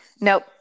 Nope